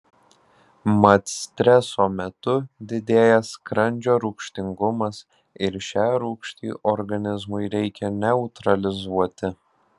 mat streso metu didėja skrandžio rūgštingumas ir šią rūgštį organizmui reikia neutralizuoti